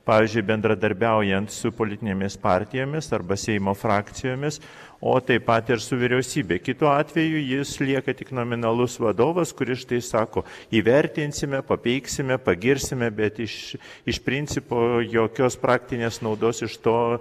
pavyzdžiui bendradarbiaujant su politinėmis partijomis arba seimo frakcijomis o taip pat ir su vyriausybe kitu atveju jis lieka tik nominalus vadovas kuris štai sako įvertinsime papeiksime pagirsime bet iš iš principo jokios praktinės naudos iš to